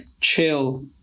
chill